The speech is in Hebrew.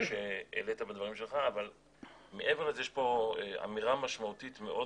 אבל מעבר לזה יש פה אמירה משמעותית מאוד